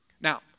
Now